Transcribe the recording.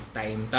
time